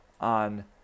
on